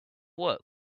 work